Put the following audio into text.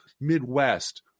Midwest